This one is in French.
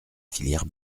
filière